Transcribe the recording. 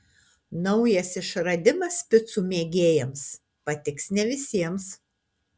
naujas išradimas picų mėgėjams patiks ne visiems